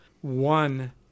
one